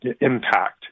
impact